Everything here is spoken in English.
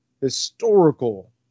historical